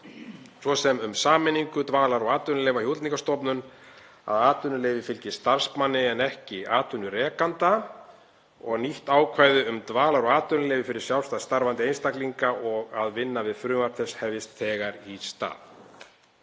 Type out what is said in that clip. svo sem um sameiningu dvalar- og atvinnuleyfa hjá Útlendingastofnun, að atvinnuleyfi fylgi starfsmanni en ekki atvinnurekanda, nýtt ákvæði um dvalar- og atvinnuleyfi fyrir sjálfstætt starfandi einstaklinga og að vinna við frumvarp þess efnis hefjist þegar í stað.